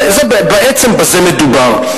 בעצם בזה מדובר,